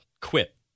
Quit